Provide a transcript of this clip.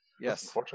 yes